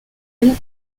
end